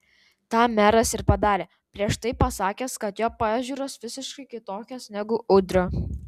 tą meras ir padarė prieš tai pasakęs kad jo pažiūros visiškai kitokios negu udrio